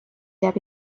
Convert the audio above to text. jääb